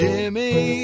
Jimmy